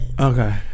Okay